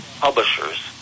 publishers